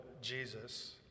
Jesus